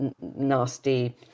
nasty